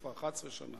כבר 11 שנה.